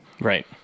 Right